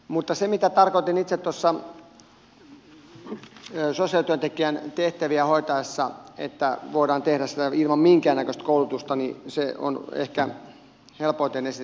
mutta se mitä tarkoitin itse tuosta sosiaalityöntekijän tehtävien hoitamisesta että voidaan tehdä sitä ilman minkäännäköistä koulutusta on ehkä helpoiten esitetty vaikka näin